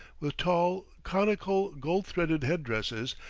with tall, conical, gold-threaded head-dresses,